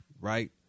right